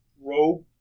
robe